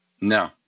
No